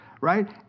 right